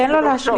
תן לו להשלים.